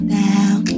down